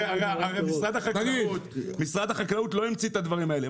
הרי משרד החקלאות לא המציא את הדברים האלה.